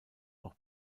auch